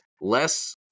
less